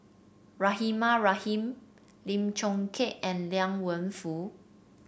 Rahimah Rahim Lim Chong Keat and Liang Wenfu